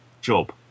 job